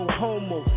homo